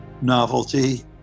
novelty